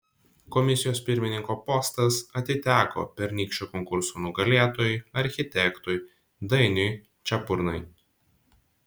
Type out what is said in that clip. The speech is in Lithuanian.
komisijos pirmininko postas atiteko pernykščio konkurso nugalėtojui architektui dainiui čepurnai